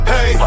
Hey